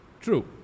True